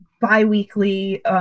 biweekly